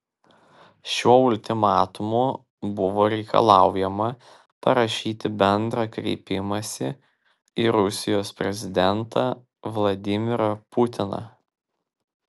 šiuo ultimatumu buvo reikalaujama parašyti bendrą kreipimąsi į rusijos prezidentą vladimirą putiną